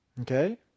Okay